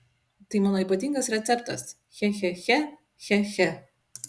tai mano ypatingas receptas che che che che che